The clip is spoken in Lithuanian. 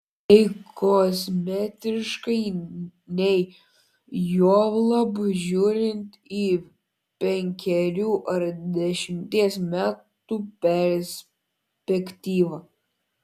nei kosmetiškai nei juolab žiūrint į penkerių ar dešimties metų perspektyvą